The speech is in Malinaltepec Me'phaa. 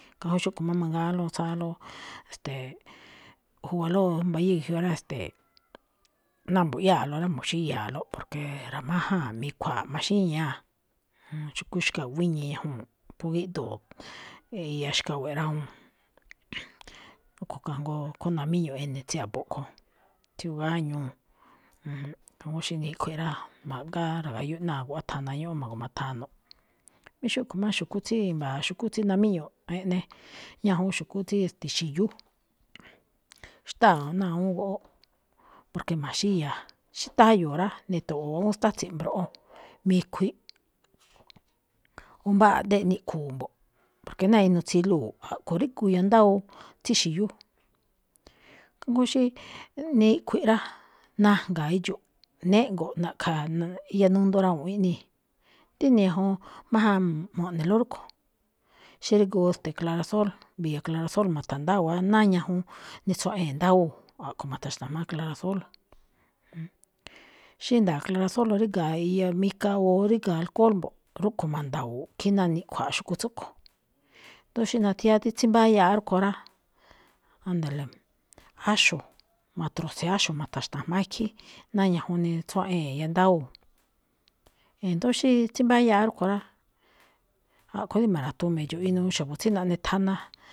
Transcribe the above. Khangó xúꞌkho̱ má mangáánlóꞌ tsáánló, e̱ste̱e̱, juwalóꞌ mbayíí ge̱jyoꞌ rá, e̱ste̱e̱, náa mbu̱ꞌyáaló rá mu̱xi̱íya̱a̱lóꞌ, porque ra̱májáa̱n, mi̱khua̱a̱ꞌ, maxíñáa̱. Xu̱kú xkawi̱i̱ wíñii ñajuu̱n, phú gíꞌdoo̱ eya xkawe̱ꞌ rawuu̱n. ruꞌkho̱ kajngóo khúún namíñuꞌ ene̱ tsí a̱bo̱ꞌ ꞌkho̱, tsíyoꞌ gáñúu̱. Kajngó xí niꞌkhui̱ꞌ rá, ma̱ꞌgára̱ga̱yúꞌ ná guꞌwá thana ñúꞌún ma̱gu̱mathanuꞌ. Mí xúꞌkho̱ má xu̱kú tsí i̱mba̱a̱, xu̱kú tsí namíñuꞌ eꞌne ñajuun xu̱kú tsí xi̱yú. Xtáa̱ ná awúun goꞌóꞌ, porque ma̱xíya̱a̱. Xí táyo̱o̱ rá, ni̱to̱ꞌo̱o̱ awúun xtátsi̱nꞌ mbroꞌon, mi̱khui̱ꞌ. O mbáa a̱ꞌdéꞌ niꞌkhu̱u̱ mbo̱ꞌ, porque ná inuu tsiluu̱ a̱ꞌkho̱ rígu iyandáwóo tsí xi̱yú. Kajngó xí niꞌkhui̱ꞌ rá, najnga̱a̱ idxu̱ꞌ, néꞌngo̱ꞌ na̱ꞌkha̱ iya nundu rawunꞌ iꞌnii̱. Díni ñajuun májáan mo̱ꞌnelóꞌ rúꞌkho̱, xí rígu, ste̱e̱, clarasol, mbi̱ya̱ clarasol ma̱tha̱ndáwa̱á náá ñajuun nitsuaꞌee̱n ndáwóo̱. A̱ꞌkho̱ ma̱ta̱xtha̱jmáá clarasol. Xí nda̱a̱ clarasol, ríga̱ iya mika o ríga̱ alcohol mbo̱ꞌ, rúꞌkho̱ manda̱wo̱o̱ꞌ khín ná niꞌkhua̱a̱ꞌ xu̱kúꞌ tsúꞌkho̱. Ndo̱ó xí nathiáá tsímbáyáaꞌ rúꞌkho̱ rá, ándale, áxo̱, ma̱trotse̱ áxo̱ ma̱ta̱xtha̱jmáá ikhín, náá ñajuun nitsuaꞌee̱n iyandáwóo̱. E̱ndo̱ó xí tsímbáyáaꞌ rúꞌkho̱ rá, a̱ꞌkho̱ rí ma̱ra̱tuun mi̱dxo̱ꞌ inuu xa̱bo̱ tsí naꞌneꞌ thana.